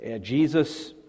Jesus